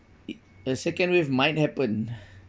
it a second wave might happen